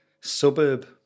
suburb